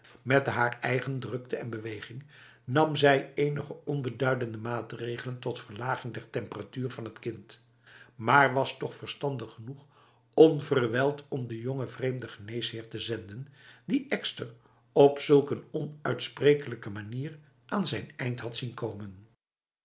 met de haar eigen drukte en beweging nam zij enige onbeduidende maatregelen tot verlaging der temperatuur van het kind maar was toch verstandig genoeg onverwijld om de jonge vreemde geneesheer te zenden die den ekster op zulk een onuitsprekelijke manier aan zijn eind had zien komen